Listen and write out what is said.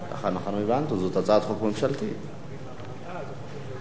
התשע"ב 2012, לוועדת העבודה,